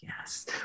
Yes